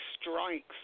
strikes